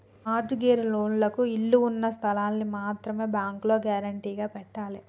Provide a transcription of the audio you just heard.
mart gauge లోన్లకు ఇళ్ళు ఉన్న స్థలాల్ని మాత్రమే బ్యేంకులో గ్యేరంటీగా పెట్టాలే